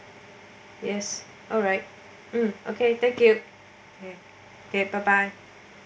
yes alright thank you bye bye